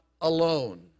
alone